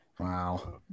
Wow